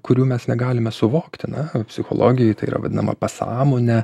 kurių mes negalime suvokti na psichologijoj tai yra vadinama pasąmone